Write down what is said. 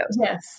Yes